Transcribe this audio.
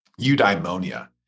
Eudaimonia